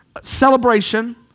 celebration